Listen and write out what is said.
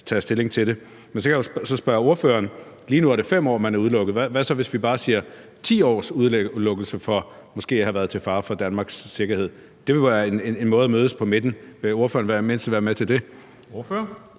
tage stilling til. Men så kan jeg jo spørge ordføreren om det. Lige nu er det 5 år, man er udelukket, men hvad så hvis vi bare siger 10 års udelukkelse for måske at have været til fare for Danmarks sikkerhed? Det vil være en måde at mødes på midten, og vil ordføreren være med til det? Kl.